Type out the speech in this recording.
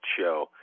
show